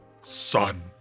son